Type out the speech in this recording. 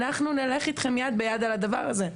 אנחנו נלך איתכם יד ביד על הדבר הזה,